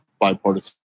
bipartisan